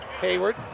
Hayward